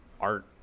Art